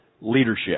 leadership